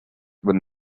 when